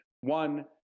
one